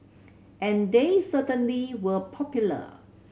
and they certainly were popular